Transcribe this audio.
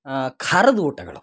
ಖಾರದ್ ಊಟಗಳು